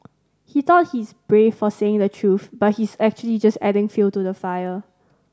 he thought he's brave for saying the truth but he's actually just adding fuel to the fire